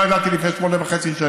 לא ידעתי לפני שמונה שנים